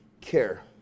care